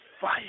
fire